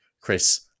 Chris